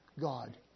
God